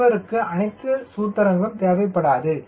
ஒருவருக்கு அனைத்து சூத்திரங்களும் தேவைப்படாது